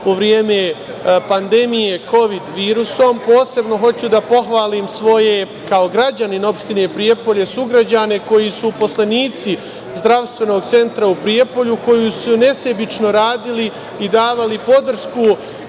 u vreme pandemije Kovid virusom. Posebno hoću da pohvalim svoje, kao građanin Opštine Prijepolje, sugrađane koji su poslanici Zdravstvenog centra u Prijepolju, koji su nesebično radili i davali podršku